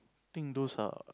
think those are